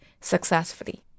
successfully